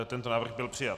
Tento návrh byl přijat.